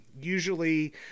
usually